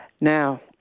now